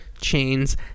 chains